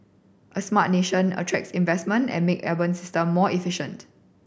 a smart nation attracts investment and make urban system more efficient